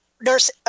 nurse –